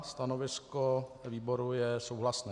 Stanovisko výboru je souhlasné.